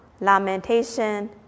lamentation